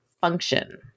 function